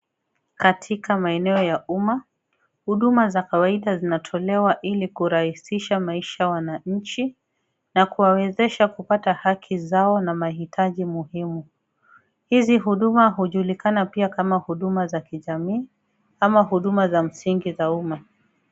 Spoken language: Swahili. Katika maeneo ya umma, huduma za kawaida zinatolewa, ili kurahisisha maisha ya wananchi na kuwawezesha kupata haki zao na mahitaji muhimu. Hizi huduma hujulikana pia kama huduma za kijamii ama huduma za msingi za umma.